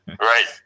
right